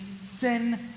sin